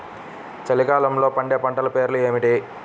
చలికాలంలో పండే పంటల పేర్లు ఏమిటీ?